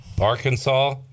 arkansas